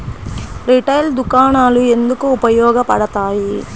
Retail దుకాణాలు ఎందుకు ఉపయోగ పడతాయి?